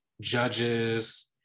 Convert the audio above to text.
judges